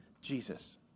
Jesus